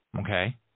okay